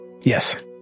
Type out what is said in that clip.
Yes